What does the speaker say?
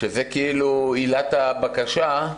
שזאת כאילו עילת הבקשה,